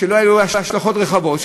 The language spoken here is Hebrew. לא היו להם השלכות רחבות,